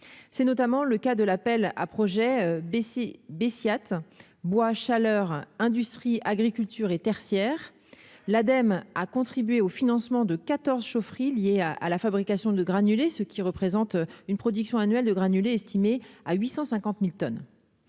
c'est notamment le cas de l'appel à projets si Beitia tu bois chaleur Industrie Agriculture et tertiaire, l'Ademe à contribuer au financement de 14 chaufferie lié à à la fabrication de granulés, ce qui représente une production annuelle de granulés, estimé à 850000 tonnes